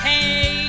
Hey